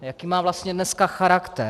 Jaký má vlastně dneska charakter?